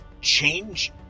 change